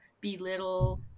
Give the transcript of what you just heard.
belittle